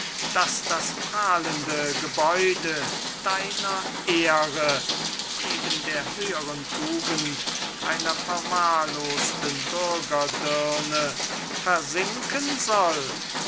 daß das prahlende gebäude deiner ehre neben der höheren tugend einer verwahrlosten bürgerdirne versinken soll